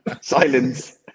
Silence